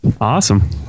awesome